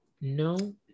No